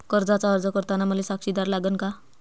कर्जाचा अर्ज करताना मले साक्षीदार लागन का?